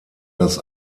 das